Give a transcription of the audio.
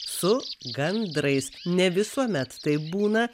su gandrais ne visuomet taip būna